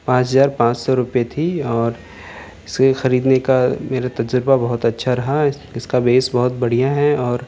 پانچ ہزار پانچ سو روپے تھی اور اسے خریدنے کا میرا تجربہ بہت اچھا رہا اس کا بیس بہت بڑھیا ہیں اور